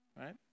right